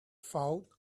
foul